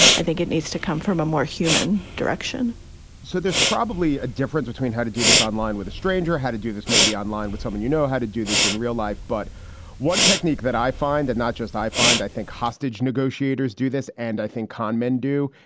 i think it needs to come from a more human direction so there's probably a difference between how to do this online with a stranger, how to do this maybe online with someone, you know, how to do this in real life. but one technique that i find that not just i find i think hostage negotiators do this and i think con men do.